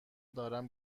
دارم